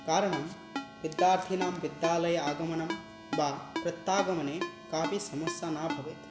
कारणं विद्यार्थिनां विद्यालय आगमनं वा प्रत्यागमने कापि समस्या न भवेत्